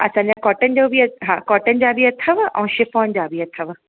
असांजा कॉटन जो बि हा कॉटन जा बि अथव ऐं शिफ़ॉन जा बि अथव